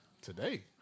Today